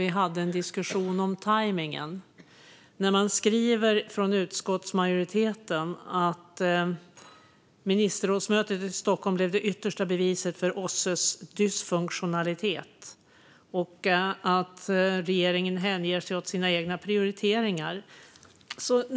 Vi hade en diskussion om tajmningen, och utskottsmajoriteten skriver att ministerrådsmötet i Stockholm blev det yttersta beviset för OSSE:s dysfunktionalitet och att regeringen hänger sig åt sina egna prioriteringar. Fru talman!